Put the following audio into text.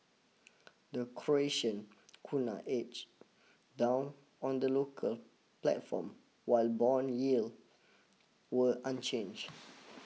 the Croatian Kuna edged down on the local platform while bond yield were unchanged